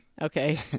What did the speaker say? Okay